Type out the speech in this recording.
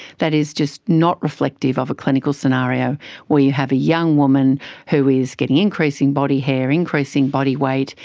that is just not reflective of a clinical scenario where you have a young woman who is getting increasing body hair, increasing body weight,